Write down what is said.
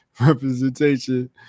representation